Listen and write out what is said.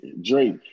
Drake